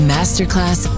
Masterclass